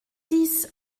six